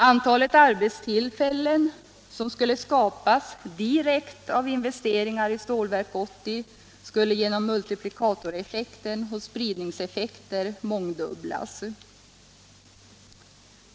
Antalet arbetstillfällen som skulle skapas direkt av investeringar i Stålverk 80 skulle genom multiplikatoreffekten och spridningseffekten mångdubblas.